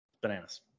bananas